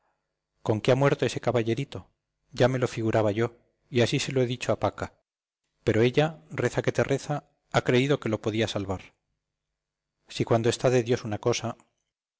con que ha muerto ese caballerito ya me lo figuraba yo y así se lo he dicho a paca pero ella reza que te reza ha creído que lo podía salvar si cuando está de dios una cosa